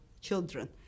children